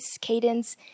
Cadence